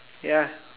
ya